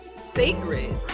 sacred